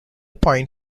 point